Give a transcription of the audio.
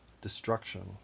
destruction